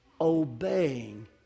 obeying